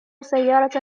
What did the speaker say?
سيارة